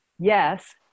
Yes